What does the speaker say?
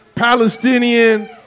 Palestinian